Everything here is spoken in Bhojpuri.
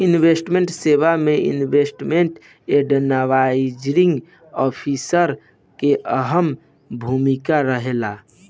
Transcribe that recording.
इन्वेस्टमेंट सेवा में इन्वेस्टमेंट एडवाइजरी ऑफिसर के अहम भूमिका रहेला